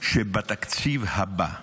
שבתקציב הבא,